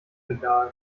egal